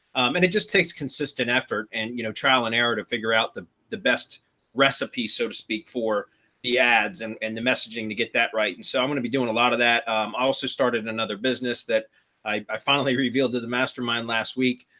and it just takes consistent effort and you know, trial and error to figure out the the best recipe so to speak for the ads and and the messaging to get that right. and so i'm going to be doing a lot of that um i also started another business that i finally revealed revealed to the mastermind last week,